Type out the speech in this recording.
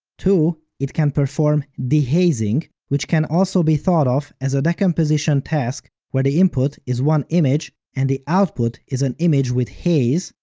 two, it can perform dehazing, which can also be thought of as a decomposition task where the input is one image, and the output is an image with haze,